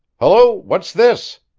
hello! what's this?